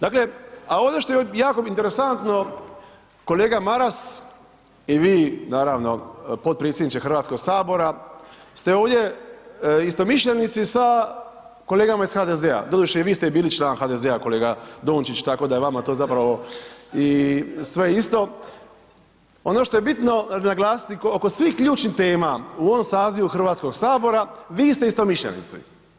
Dakle, a ono što je jako mi interesantno, kolega Maras, i vi naravno potpredsjedniče Hrvatskog sabora ste ovdje istomišljenici sa kolegama iz HDZ-a, doduše i vi ste bili član HDZ-a, kolega Dončić, tako da je vama to zapravo i sve isto, ono što je bitno naglasiti oko svih ključnih tema u ovom sazivu Hrvatskog sabora, vi ste istomišljenici.